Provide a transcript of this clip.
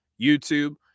YouTube